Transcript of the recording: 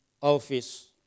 office